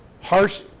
harsh